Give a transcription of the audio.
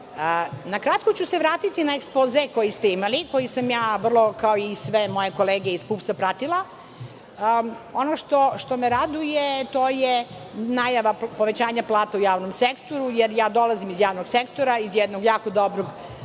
kratko ću se vratiti na ekspoze koji ste imali, koji sam ja vrlo, kao i sve moje kolege iz PUPS-a, pratila. Ono što me raduje to je najava povećanja plata u javnom sektoru, jer ja dolazim iz javnog sektora, iz jednog jako dobrog